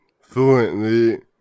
fluently